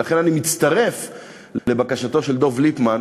ולכן אני מצטרף לבקשתו של דב ליפמן,